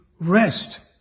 rest